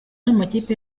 n’amakipe